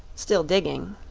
still digging.